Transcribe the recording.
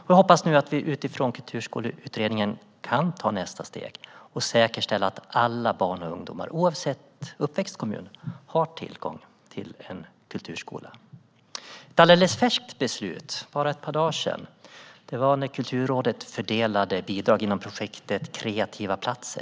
Jag hoppas nu att vi utifrån Kulturskoleutredningen kan ta nästa steg och säkerställa att alla barn och ungdomar, oavsett uppväxtkommun, har tillgång till en kulturskola. Ett alldeles färskt beslut var när Kulturrådet för bara ett par dagar sedan fördelade bidrag inom projektet Kreativa platser.